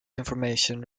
information